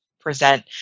present